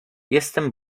jestem